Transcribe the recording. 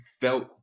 felt